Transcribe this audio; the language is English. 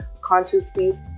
consciously